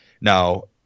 now